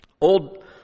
Old